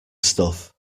stuff